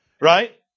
right